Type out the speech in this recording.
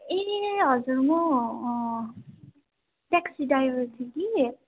ए हजुर म taxi driver दिदी